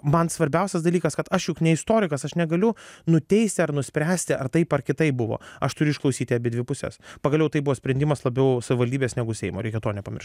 man svarbiausias dalykas kad aš juk ne istorikas aš negaliu nuteisti ar nuspręsti ar taip ar kitaip buvo aš turiu išklausyti abidvi puses pagaliau tai buvo sprendimas labiau savivaldybės negu seimo reikia to nepamiršt